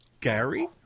Gary